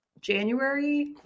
january